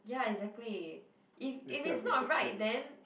ya exactly if if it's not right then